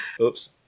oops